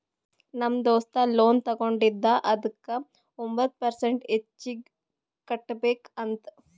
ನಮ್ ದೋಸ್ತ ಲೋನ್ ತಗೊಂಡಿದ ಅದುಕ್ಕ ಒಂಬತ್ ಪರ್ಸೆಂಟ್ ಹೆಚ್ಚಿಗ್ ಕಟ್ಬೇಕ್ ಅಂತ್